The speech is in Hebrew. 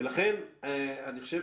ולכן, אני חושב